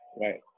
right